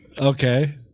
okay